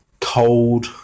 cold